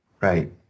Right